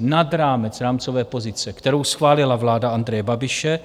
Nad rámec rámcové pozice, kterou schválila vláda Andreje Babiše,